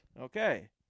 Okay